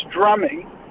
drumming